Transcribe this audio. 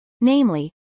namely